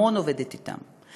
המון עובדת אתם,